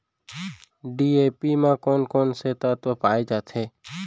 DAP म कोन कोन से तत्व पाए जाथे?